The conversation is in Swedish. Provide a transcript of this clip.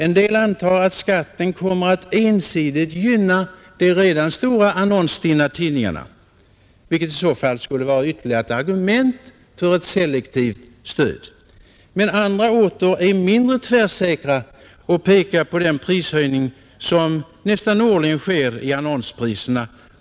En del antar att skatten kommer att ensidigt gynna de redan stora, annonsstinna tidningarna, vilket i så fall skulle vara ytterligare ett argument för ett selektivt stöd. Andra åter är mindre tvärsäkra och pekar på den höjning av annonspriserna som sker nästan årligen.